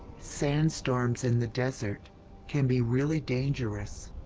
sand storms in the desert can be really dangerous.